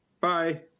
Bye